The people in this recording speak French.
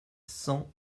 cent